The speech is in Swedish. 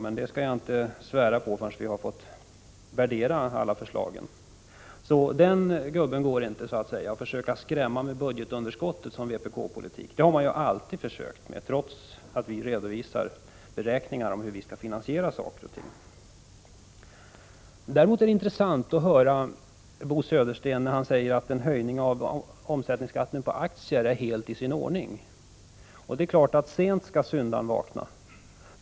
Men det skall jag inte svara på förrän vi har fått värdera alla förslag. Så den gubben går inte — att försöka skrämma med budgetunderskottet som vpk-politik. Det har man ju alltid försökt med trots att vi redovisar beräkningar för hur vi skall finansiera saker och ting. Däremot är det intressant att höra att Bo Södersten säger att en höjning av omsättningsskatten på aktier är helt i sin ordning. Sent skall syndaren vakna.